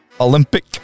Olympic